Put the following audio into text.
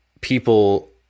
people